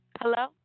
Hello